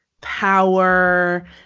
power